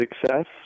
success